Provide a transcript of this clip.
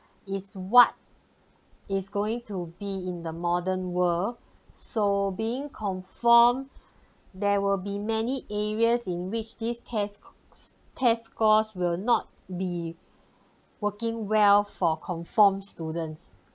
is what is going to be in the modern world so being conform there will be many areas in which this test test scores will not be working well for conform students